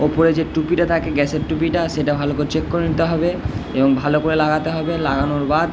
ওপরে যে টুপিটা থাকে গ্যাসের টুপিটা সেটা ভালো করে চেক করে নিতে হবে এবং ভালো করে লাগাতে হবে লাগানোর বার